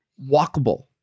walkable